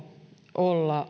olla